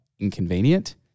inconvenient